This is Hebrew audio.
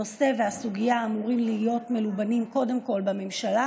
הנושא והסוגיה אמורים להיות מלובנים קודם בממשלה